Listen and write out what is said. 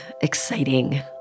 exciting